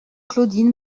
claudine